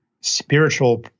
spiritual